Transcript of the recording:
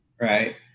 right